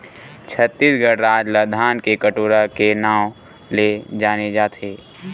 छत्तीसगढ़ राज ल धान के कटोरा के नांव ले जाने जाथे